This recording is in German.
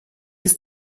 ist